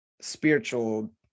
spiritual